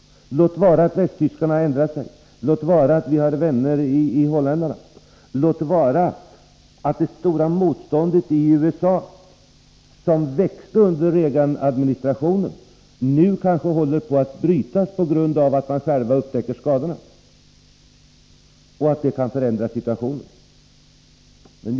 Låt vara att västtyskarna ändrat sig, att vi har vänner i holländarna och att det stora motstånd i USA som växt under Reaganadministrationen nu kanske håller på att brytas på grund av att amerikanerna själva upptäckt skadorna. Det kan förändra situationen.